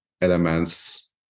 elements